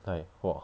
then I !wah!